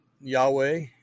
Yahweh